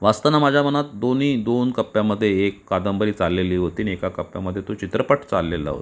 वाचताना माझ्या मनात दोन्ही दोन कप्प्यामध्ये एक कादंबरी चाललेली होती आणि एका कप्प्यामध्ये तो चित्रपट चाललेला होता